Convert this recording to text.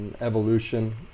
evolution